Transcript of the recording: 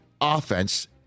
offense